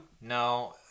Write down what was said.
No